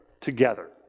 together